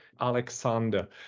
Alexander